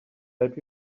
help